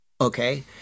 okay